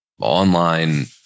online